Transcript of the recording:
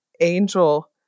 Angel